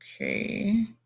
Okay